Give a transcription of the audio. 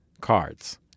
cards